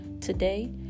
Today